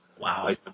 Wow